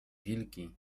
wilki